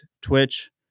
Twitch